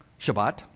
shabbat